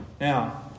Now